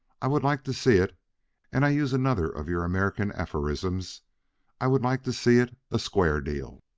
i would like to see it and i use another of your american aphorisms i would like to see it a square deal.